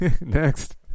Next